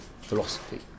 philosophy